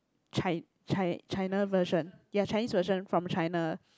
chi~ chi~ China version ya Chinese version from China